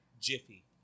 Jiffy